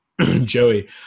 Joey